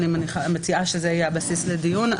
ואני מציעה שזה יהיה הבסיס לדיון.